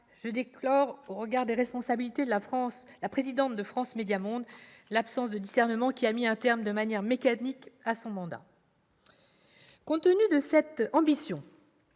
je déplore, au regard des responsabilités de la présidente de France Médias Monde, l'absence de discernement qui a mis un terme de manière mécanique à son mandat. Compte tenu de cette ambition,